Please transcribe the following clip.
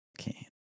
Okay